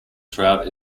trout